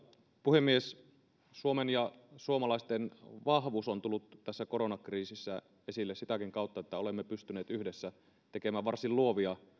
puhemies suomen ja suomalaisten vahvuus on tullut tässä koronakriisissä esille sitäkin kautta että olemme pystyneet yhdessä tekemään varsin luovia